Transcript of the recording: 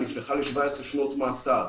נשלחה ל-17 שנות מאסר.